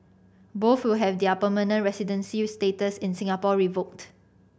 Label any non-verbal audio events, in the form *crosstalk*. both will have their permanent residency *unintelligible* status in Singapore revoked